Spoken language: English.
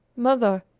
mother,